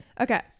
Okay